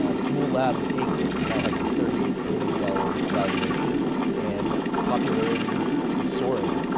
ah juul labs, inc, now has a thirty eight billion dollars valuation and popularity is soaring.